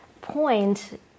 point